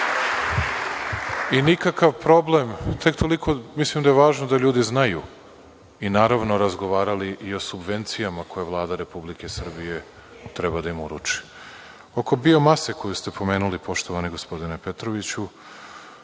nismo pravili. Tek toliko, mislim da je važno da ljudi znaju, i naravno, razgovarali i o subvencijama koje Vlada Republike Srbije treba da im uruči. Oko biomase koju ste pomenuli, poštovani gospodine Petroviću,